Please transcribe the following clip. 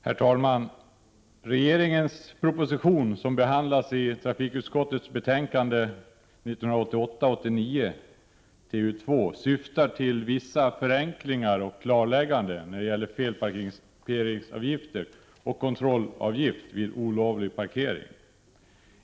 Herr talman! Regeringens proposition som behandlas i trafikutskottets betänkande 1988/89:TU2 syftar till vissa förenklingar och klarlägganden när det gäller lag om felparkeringsavgift och när det gäller kontrollavgift vid olovlig parkering.